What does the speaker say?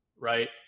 right